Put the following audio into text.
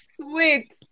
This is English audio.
Sweet